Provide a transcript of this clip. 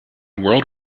world